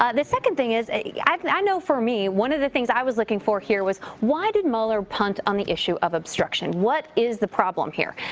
ah the second thing is, ah yeah and i know for me one of the things i was looking for here was why did mueller punt on the issue of obstruction? what is the problem here?